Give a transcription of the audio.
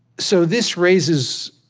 so this raises,